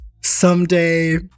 someday